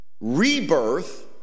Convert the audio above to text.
Rebirth